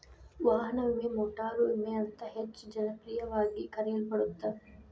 ವಾಹನ ವಿಮೆ ಮೋಟಾರು ವಿಮೆ ಅಂತ ಹೆಚ್ಚ ಜನಪ್ರಿಯವಾಗಿ ಕರೆಯಲ್ಪಡತ್ತ